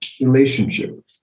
relationship